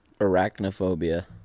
Arachnophobia